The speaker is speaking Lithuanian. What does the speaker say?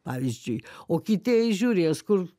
pavyzdžiui o kiti eis žiūrės kur